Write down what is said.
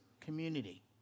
community